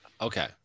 okay